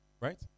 Right